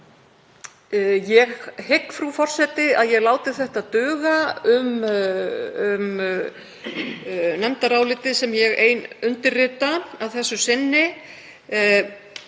Ég hygg að ég láti þetta duga um nefndarálitið sem ég ein undirrita að þessu sinni.